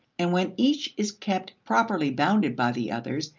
and, when each is kept properly bounded by the others,